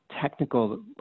technical